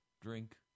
drink